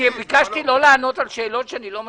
אני ביקשתי לא לענות על שאלות שאני לא מסכים.